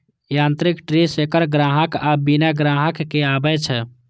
यांत्रिक tree shaker संग्राहक आ बिना संग्राहक के आबै छै